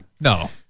no